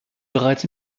bereits